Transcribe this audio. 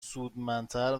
سودمندتر